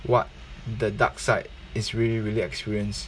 what the dark side is really really experience